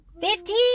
Fifteen